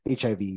HIV